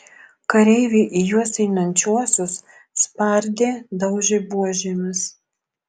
kareiviai į juos einančiuosius spardė daužė buožėmis